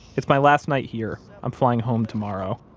it's my last night here. i'm flying home tomorrow.